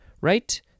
right